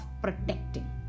protecting